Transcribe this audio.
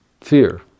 fear